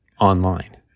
Online